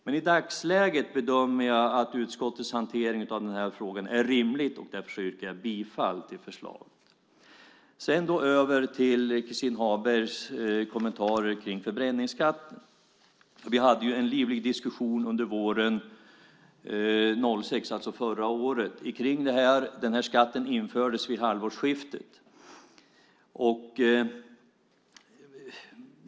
Men i dagsläget bedömer jag att utskottets hantering av den här frågan är rimlig. Därför yrkar jag bifall till förslaget i betänkandet. Så går jag över till Christin Hagbergs kommentarer kring förbränningsskatten. Vi hade en livlig diskussion under våren 2006, alltså förra året, kring det här. Den här skatten infördes vid halvårsskiftet.